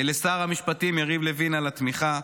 לשר המשפטים יריב לוין, על התמיכה,